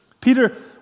Peter